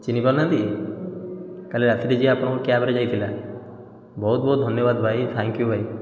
ଚିହ୍ନି ପାରୁନାହାନ୍ତି କାଲି ରାତିରେ ଯିଏ ଆପଣଙ୍କ କ୍ୟାବ୍ରେ ଯାଇଥିଲା ବହୁତ ବହୁତ ଧନ୍ୟବାଦ ଭାଇ ଥ୍ୟାଙ୍କ୍ ୟୁ ଭାଇ